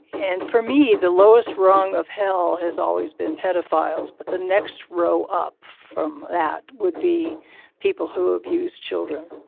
and for me, the lowest rung of hell has always been pedophile's. but the next row up from that would be people who abuse children.